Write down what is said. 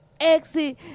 Exit